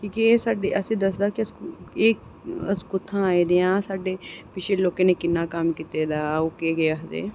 की के एह् असेंगी दसदा कि एह् अस कुत्थूं आए दा आं कि साढ़े पिच्छें लोकें किन्ना कम्म कीते दा ओह् केह् केह् आखदे